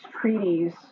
treaties